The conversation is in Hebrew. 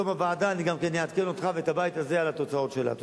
בתום עבודת הוועדה אני אעדכן אותך ואת הבית הזה בתוצאות שלה.